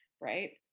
Right